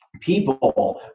People